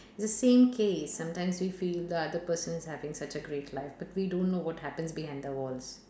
it's the same case sometimes we feel that the person is having such a great life but we don't know what happens behind the walls